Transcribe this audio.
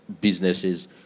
businesses